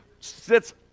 sits